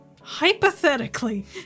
Hypothetically